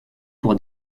pour